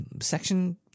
Section